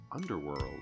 Underworld